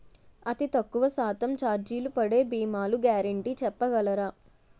అతి తక్కువ శాతం ఛార్జీలు పడే భీమాలు గ్యారంటీ చెప్పగలరా?